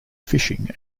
fishing